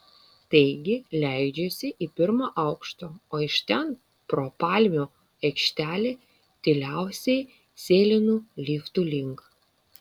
taigi leidžiuosi į pirmą aukštą o iš ten pro palmių aikštelę tyliausiai sėlinu liftų link